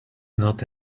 not